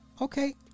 Okay